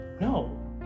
No